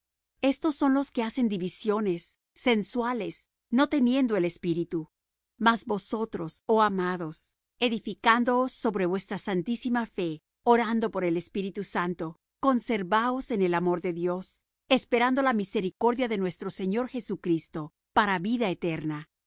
estos son los que hacen divisiones sensuales no teniendo el espíritu mas vosotros oh amados edificándoos sobre vuestra santísima fe orando por el espíritu santo conservaos en el amor de dios esperando la misericordia de nuestro señor jesucristo para vida eterna